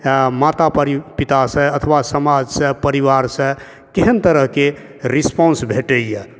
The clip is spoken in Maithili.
माता पितासँ अथवा समाजसँ परिवारसँ केहन तरहके रिस्पॉन्स भेटइए